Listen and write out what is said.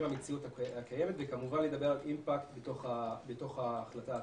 המציאות הקיימת ולדבר על אימפקט בתוך ההחלטה עצמה.